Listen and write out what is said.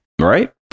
right